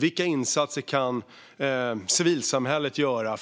Vilka insatser kan civilsamhället göra